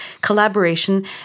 collaboration